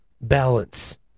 Balance